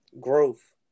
Growth